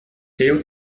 theo